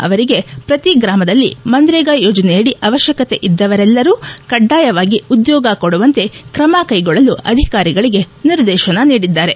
ಅವರಿಗೆ ಪ್ರತಿ ಗ್ರಾಮದಲ್ಲಿ ಮನ್ರೇಗಾ ಯೋಜನೆಯಡಿ ಅವಶ್ಯಕತೆ ಇದ್ದವರೆಲ್ಲರಿಗೂ ಕಡ್ಡಾಯವಾಗಿ ಉದ್ಯೋಗ ಕೊಡುವಂತೆ ಕ್ರಮ ಕೈಗೊಳ್ಳಲು ಅಧಿಕಾರಿಗಳಿಗೆ ನಿರ್ದೇಶನ ನೀಡಿದ್ದಾರೆ